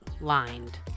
lined